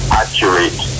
accurate